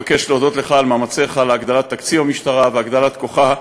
אבקש להודות לך על מאמציך להגדלת תקציב המשטרה ולהגדלת כוחה.